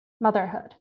Motherhood